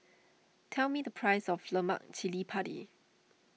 tell me the price of Lemak Cili Padi